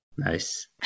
Nice